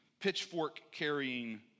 pitchfork-carrying